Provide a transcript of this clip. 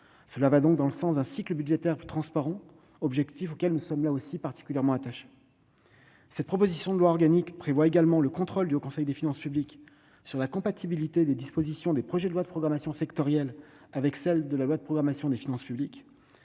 mesure va dans le sens d'un cycle budgétaire plus transparent, objectif auquel le Gouvernement est particulièrement attaché. La proposition de loi organique prévoit également un contrôle du HCFP sur la compatibilité des dispositions des projets de loi de programmation sectorielle avec celles de la loi de programmation des finances publiques